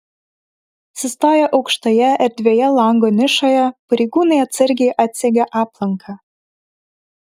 sustoję aukštoje erdvioje lango nišoje pareigūnai atsargiai atsegė aplanką